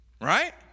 Right